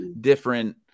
different